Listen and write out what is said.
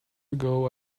ago